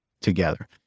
together